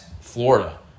Florida